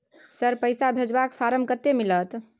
Sir, पैसा भेजबाक form कत्ते मिलत?